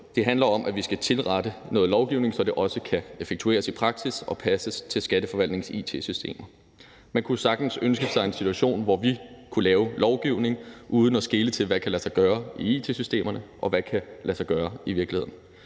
det handler om, at vi skal tilrette noget lovgivning, så det også kan effektueres i praksis og passes til Skatteforvaltningens it-systemer. Man kunne sagtens ønske sig en situation, hvor vi kunne lave lovgivning uden at skele til, hvad der kan lade sig gøre i it-systemerne, og hvad der kan lade sig gøre i virkeligheden.